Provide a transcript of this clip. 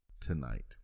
tonight